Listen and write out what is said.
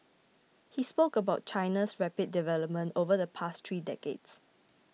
he spoke about China's rapid development over the past three decades